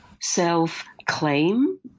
self-claim